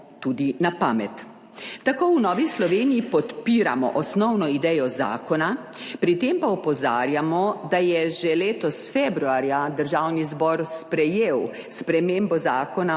Tako v Novi Sloveniji podpiramo osnovno idejo zakona, pri tem pa opozarjamo, da je že letos februarja Državni zbor sprejel spremembo Zakona o